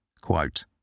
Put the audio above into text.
Quote